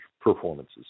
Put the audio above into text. performances